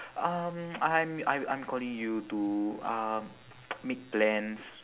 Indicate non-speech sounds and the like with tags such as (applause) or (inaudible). um (noise) I'm I'm I'm calling you to uh (noise) make plans